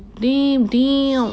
damn damn